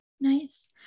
Nice